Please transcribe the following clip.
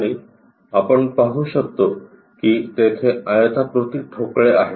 आणि आपण पाहु शकतो की तेथे आयताकृती ठोकळे आहेत